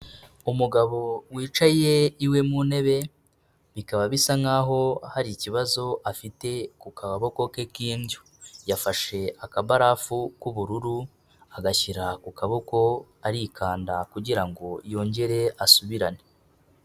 Umugabo wicaye iwe mu ntebe, bikaba bisa nkaho hari ikibazo afite ku kaboko ke k'indyo. Yafashe akabarafu k'ubururu, agashyira ku kaboko arikanda kugira ngo yongere asubirane.